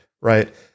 right